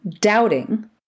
doubting